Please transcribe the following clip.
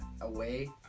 away